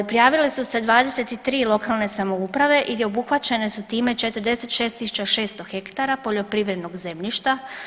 Prijavile su se 23 lokalne samouprave i obuhvaćene su time 46600 ha poljoprivrednog zemljišta.